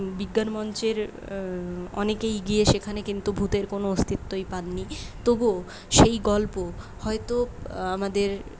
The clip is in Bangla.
বিজ্ঞান মঞ্চের অনেকেই গিয়ে সেখানে কিন্তু ভুতের কোন অস্তিত্বই পাননি তবুও সেই গল্প হয়তো আমাদের